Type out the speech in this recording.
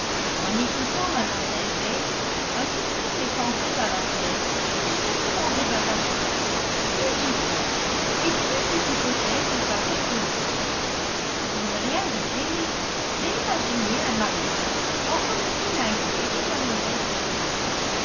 en écoutant mlle bates un soupçon m'est entré dans la tête et je n'ai pu m'en débarrasser plus j'y pense et plus cette hypothèse me paraît plausible pour ne rien vous céler j'ai imaginé un mariage entre m knightley et mlle fairfax